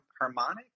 harmonic